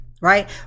right